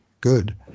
good